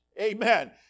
Amen